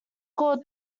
called